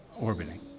orbiting